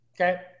Okay